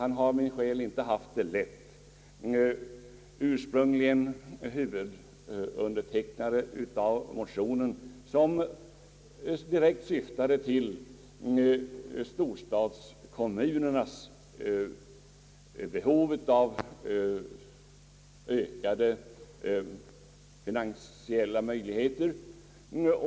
Han har sannerligen inte haft det lätt som den ursprunglige huvudundertecknaren av motionen, vilken direkt syftade på storstadskommunernas behov av ökade finansiella möjligheter.